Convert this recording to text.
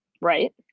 Right